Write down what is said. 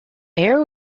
air